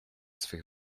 swych